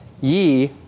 ye